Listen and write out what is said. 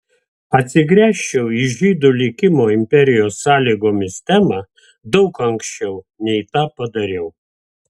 atsigręžčiau į žydų likimo imperijos sąlygomis temą daug anksčiau nei tą padariau